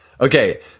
Okay